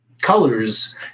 colors